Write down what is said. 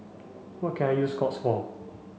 what can I use Scott's for